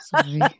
Sorry